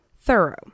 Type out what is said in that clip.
thorough